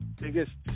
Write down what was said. biggest